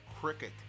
Cricket